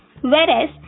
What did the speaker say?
whereas